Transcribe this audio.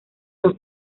los